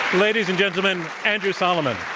ladies and gentlemen, andrew solomon.